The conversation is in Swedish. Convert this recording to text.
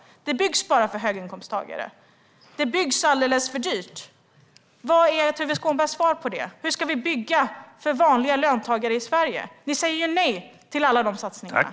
Det byggs bara för höginkomsttagare. Det byggs alldeles för dyrt. Vad är Tuve Skånbergs svar på det? Hur ska vi bygga för vanliga löntagare i Sverige? Ni säger ju nej till alla de satsningarna.